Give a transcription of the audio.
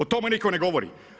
O tome nitko ne govori.